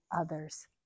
others